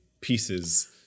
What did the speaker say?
pieces